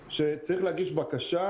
להגיש בקשה